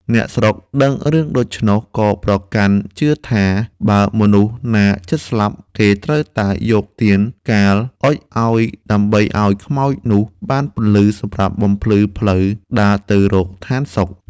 អ្នកស្រុកដឹងរឿងដូច្នោះ ក៏ប្រកាន់ជឿថា "បើមនុស្សណាជិតស្លាប់ គេត្រូវតែយកទានកាលអុជឲ្យ ដើម្បីឲ្យខ្មោចនោះបានពន្លឺសម្រាប់បំភ្លឺផ្លូវដើរទៅរកឋានសុខ" ។